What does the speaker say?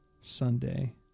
Sunday